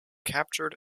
captured